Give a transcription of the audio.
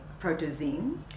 Protozine